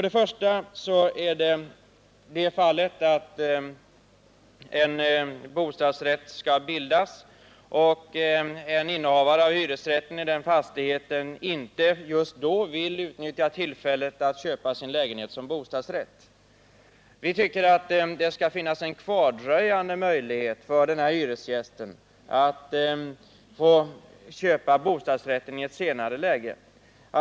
Den första delen av motionen gäller sådana fall där en bostadsrätt skall bildas och en innehavare av hyresrätt i den fastigheten inte just då vill utnyttja tillfället att köpa sin lägenhet som bostadsrätt. Vi tycker att det skall finnas en kvardröjande möjlighet för denna hyresgäst att få köpa bostadsrätten i ett senare skede.